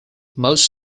most